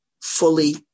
fully